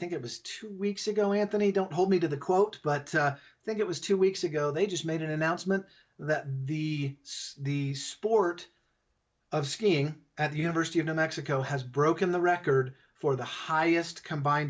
think it was two weeks ago anthony don't hold me to the quote but i think it was two weeks ago they just made an announcement that the the sport of skiing at the university of new mexico has broken the record for the highest combine